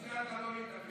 אני מציע לך לא להתאפק.